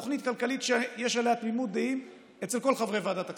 תוכנית כלכלית שיש עליה תמימות דעים אצל כל חברי ועדת הכספים.